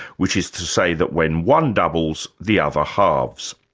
which is to say that when one doubles, the other halves.